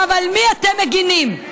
על מי אתם מגינים?